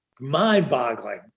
mind-boggling